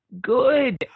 good